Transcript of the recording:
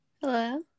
Hello